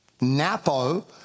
Napo